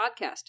Podcast